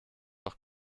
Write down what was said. doch